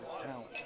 talent